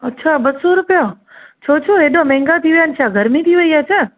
अछा ॿ सौ रुपया छो छो एॾा महांगा थी विया आहिनि छा गर्मी थी वई आहे छा